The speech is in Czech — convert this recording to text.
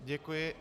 Děkuji.